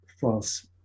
false